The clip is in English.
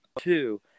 two